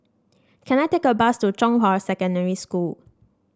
can I take a bus to Zhonghua Secondary School